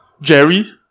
Jerry